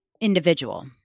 individual